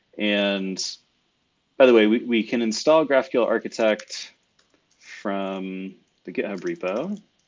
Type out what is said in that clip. and by the way, we can install graphql architect from the github repo